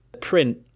print